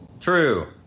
True